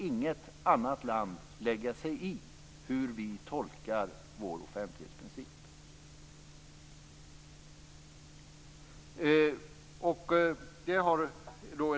Inget annat land skall lägga sig i hur vi tolkar vår offentlighetsprincip.